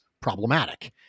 problematic